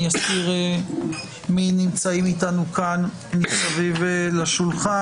אני אזכיר מי נמצאים איתנו כאן מסביב לשולחן.